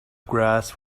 grass